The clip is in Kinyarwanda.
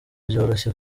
byaroroshye